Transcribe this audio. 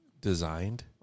designed